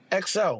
XL